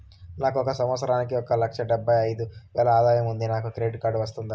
నాకు ఒక సంవత్సరానికి ఒక లక్ష డెబ్బై అయిదు వేలు ఆదాయం ఉంది నాకు క్రెడిట్ కార్డు వస్తుందా?